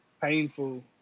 painful